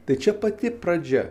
tai čia pati pradžia